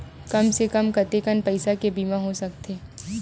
कम से कम कतेकन पईसा के बीमा हो सकथे?